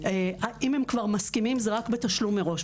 אם הם כבר מסכימים, זה רק בתשלום מראש.